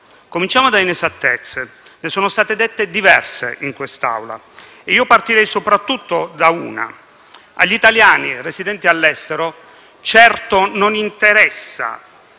Cominciamo dalle inesattezze, perché ne sono state dette diverse in quest'Aula, a partire soprattutto da una: agli italiani residenti all'estero certo non interessa